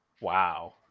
Wow